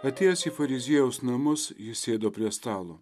atėjęs į fariziejaus namus jis sėdo prie stalo